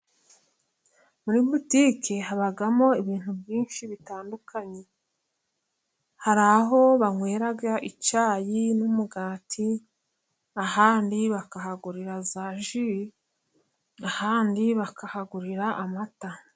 Muri butike habamo ibintu byinshi bitandukanye. Hari aho banywera icyayi n'umugati, ahandi bakahagurira za ji, ahandi bakahagurira amata.